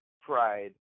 pride